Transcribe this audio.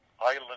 island